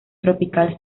tropical